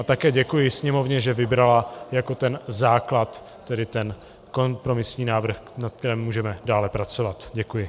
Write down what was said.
A také děkuji Sněmovně, že vybrala jako ten základ ten kompromisní návrh, na kterém můžeme dále pracovat. Děkuji.